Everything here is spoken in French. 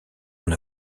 une